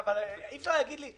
אי אפשר להגיד לי.